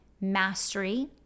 mastery